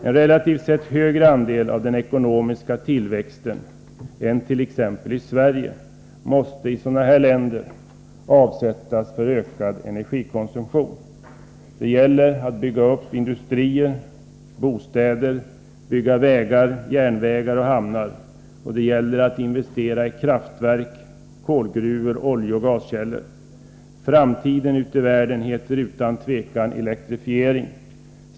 En relativt sett högre andel av den ekonomiska tillväxten än t.ex. i Sverige måste i tredje världens länder avsättas för ökad energikonsumtion. Det gäller att bygga upp industrier och bostäder, att anlägga vägar, järnvägar och hamnar och att investera i kraftverk, kolgruvor, oljeoch gaskällor. Framtiden ute i världen ligger utan tviveli elektrifiering.